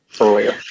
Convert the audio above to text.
earlier